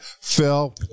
Phil